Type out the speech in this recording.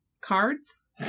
cards